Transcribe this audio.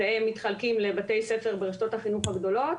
הם מתחלקים לבתי ספר ברשתות החינוך הגדולות,